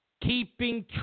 keeping